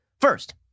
First